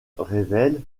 révèle